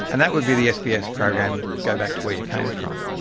and that would be the sbs program go back to where you came from.